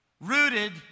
Rooted